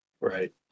Right